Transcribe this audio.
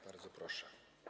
Bardzo proszę.